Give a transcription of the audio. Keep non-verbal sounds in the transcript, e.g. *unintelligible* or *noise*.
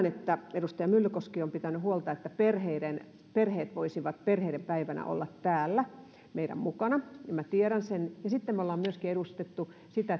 *unintelligible* että edustaja myllykoski on pitänyt huolta että perheet voisivat perheiden päivänä olla täällä meidän mukanamme minä tiedän sen ja sitten me olemme myöskin edustaneet sitä *unintelligible*